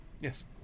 yes